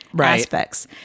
aspects